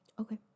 Okay